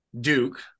Duke